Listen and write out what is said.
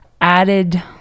added